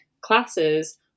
classes